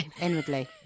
Inwardly